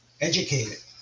educated